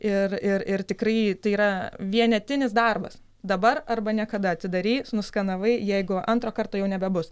ir ir tikrai tai yra vienetinis darbas dabar arba niekada atsidarei nuskenavai jeigu antro karto jau nebebus